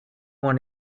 want